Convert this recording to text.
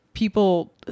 people